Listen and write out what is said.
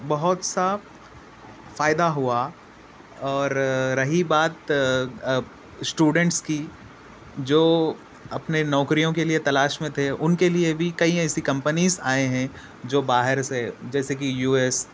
بہت سا فائدہ ہوا اور رہی بات اسٹوڈینٹس کی جو اپنے نوکریوں کے لئے تلاش میں تھے ان کے لئے بھی کئی ایسے کمپنیز آئیں ہیں جو باہر سے جیسے کہ یو ایس